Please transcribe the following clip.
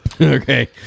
Okay